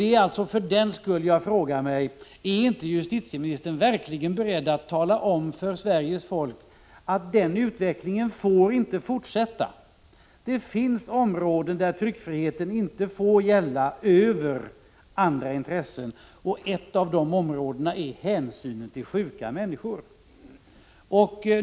Det är för den skull jag frågar mig: Är justitieministern verkligen inte beredd att tala om för Sveriges folk att den utvecklingen inte får fortsätta? Det finns områden där tryckfriheten inte får gälla över andra intressen. Ett av de områdena är hänsynen till sjuka människor.